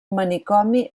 manicomi